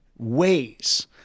ways